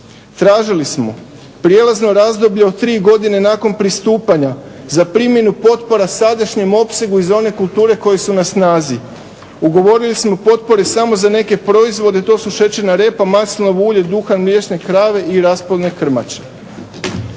Tražili smo prijelazno razdoblje od tri godine nakon pristupanja za primjenu potpora sadašnjem opsegu iz one kulture koje su na snazi. Ugovorili smo potpore samo za neke proizvode, to su šećerna repa, maslinovo ulje, duhan, mliječne krave i rasplodne krmače.